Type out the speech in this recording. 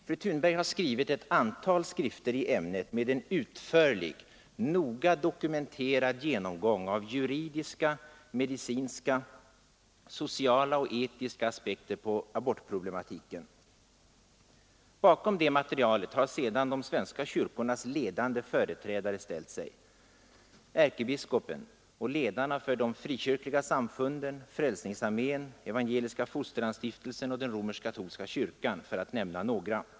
Fru Thunberg har publicerat ett antal skrifter i ämnet med en utförlig, noga dokumenterad genomgång av juridiska, medicinska, sociala och etiska aspekter på abortproblematiken. Bakom detta material har sedan de svenska kyrkornas ledande företrädare ställt sig: ärkebiskopen, ledarna för de frikyrkliga samfunden, Frälsningsarmén, Evangeliska fosterlandsstiftelsen och romersk-katolska kyrkan för att nämna några.